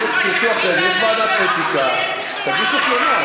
יש ועדת אתיקה, תגישו תלונה.